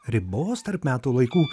ribos tarp metų laikų